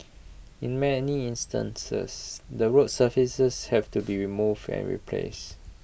in many instances the road surfaces have to be removed and replaced